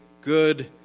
good